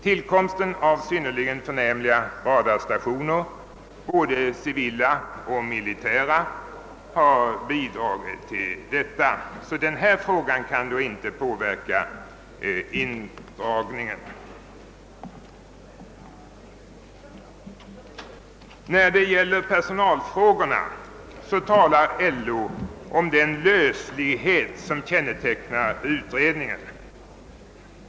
Tillkomsten av synnerligen förnämliga radarstationer — både civila och militära — har bidragit till att lösa denna fråga, som nu alltså inte kan påverka indragningen. När det gäller personalfrågorna talar LO om den löslighet som kännetecknar utredningen.